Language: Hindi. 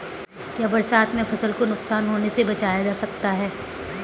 क्या बरसात में फसल को नुकसान होने से बचाया जा सकता है?